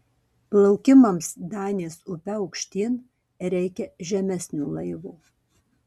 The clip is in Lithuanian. plaukimams danės upe aukštyn reikia žemesnio laivo